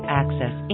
access